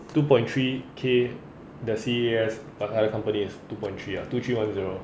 two point three K the C_A_S the higher companies is two point three two three one zero